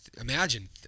imagine